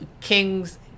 Kings